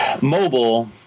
Mobile